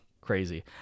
crazy